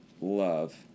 love